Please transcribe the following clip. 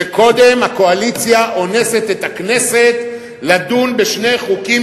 שקודם הקואליציה אונסת את הכנסת לדון בשני חוקים